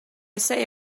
say